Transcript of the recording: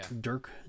Dirk